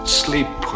sleep